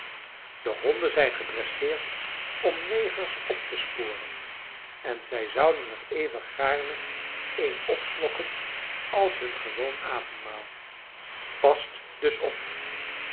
de honden zijn gedresseerd om negers op te sporen en zij zouden er even gaarne een opslokken als hun gewoon avondmaal past dus op